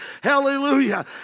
hallelujah